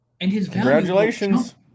Congratulations